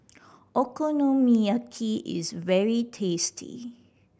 okonomiyaki is very tasty